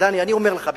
אני אומר לך בכנות,